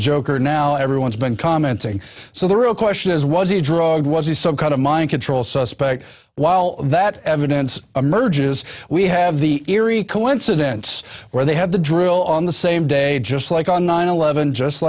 joker now everyone's been commenting so the real question is was he drugged was he some kind of mind control suspect while that evidence emerges we have the eerie coincidence where they had the drill on the same day just like on nine eleven just